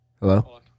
Hello